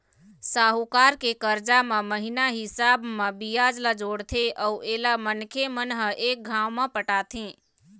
साहूकार के करजा म महिना हिसाब म बियाज ल जोड़थे अउ एला मनखे मन ह एक घांव म पटाथें